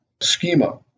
schema